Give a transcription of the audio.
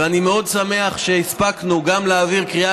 ואני מאוד שמח שהספקנו גם להעביר קריאה